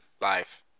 Life